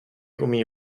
umí